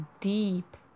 deep